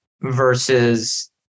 versus